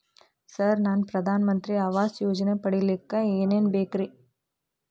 Sir ನಾನು ಪ್ರಧಾನ ಮಂತ್ರಿ ಆವಾಸ್ ಯೋಜನೆ ಪಡಿಯಲ್ಲಿಕ್ಕ್ ಏನ್ ಏನ್ ಬೇಕ್ರಿ?